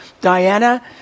Diana